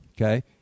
okay